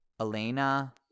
Elena